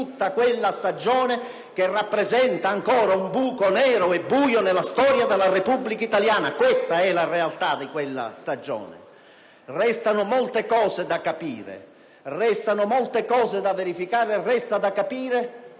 tutta quella stagione, che rappresenta ancora un buco nero e buio nella storia della Repubblica italiana. Questa è la realtà di quella stagione. Restano molte cose da capire e molte da verificare; e resta da capire